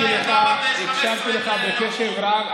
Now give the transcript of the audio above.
הקשבתי לך בקשב רב.